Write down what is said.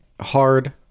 hard